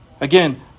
Again